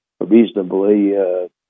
reasonably